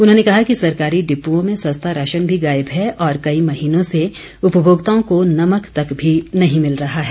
उन्होंने कहा कि सरकारी डिप्ओं में सस्ता राशन भी गायब है और कई महीनों से उपभोक्ताओं को नमक तक भी नहीं भिल रहा है